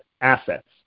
assets